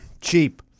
cheap